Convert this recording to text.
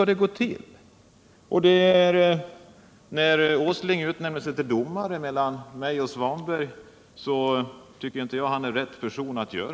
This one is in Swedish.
Industriministern utnämner sig till domare mellan mig och Svanberg, men jag anser att han inte är rätt person. Anledningen